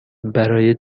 برای